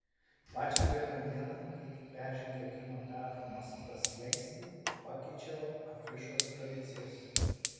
pačią pirmą dieną kai tik peržengiau kino teatro maskva slenkstį pakeičiau afišos tradicijas